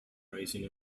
rising